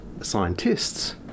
Scientists